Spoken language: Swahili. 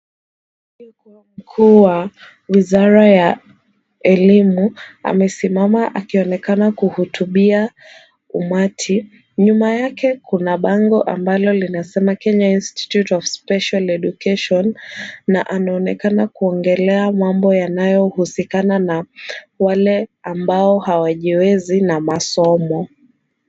Aliyekuwa mkuu wa wizara ya elimu amesimama akionekana kuhutubia umati. Nyuma yake kuna bango ambalo linasema Kenya Institute of Special Education na anaonekana kuongelea mambo yanayohusikana na wale ambao hawajiwezi na masomo.